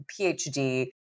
PhD